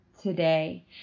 today